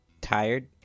Tired